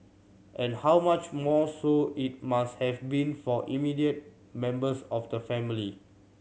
and how much more so it must have been for immediate members of the family